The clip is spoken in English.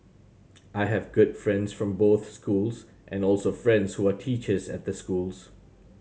I have good friends from both schools and also friends who are teachers at the schools